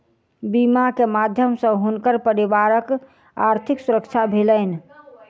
बीमा के माध्यम सॅ हुनकर परिवारक आर्थिक सुरक्षा भेलैन